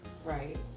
Right